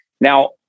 Now